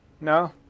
No